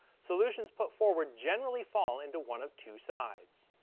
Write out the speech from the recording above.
solutions put forward generally fall into one of two sides.